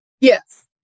Yes